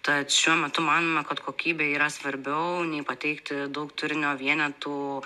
tad šiuo metu manome kad kokybė yra svarbiau nei pateikti daug turinio vienetų